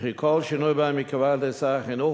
וכי כל שינוי בהם ייקבע על-ידי שר החינוך